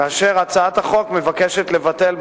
כאשר הצעת החוק מבקשת לבטל,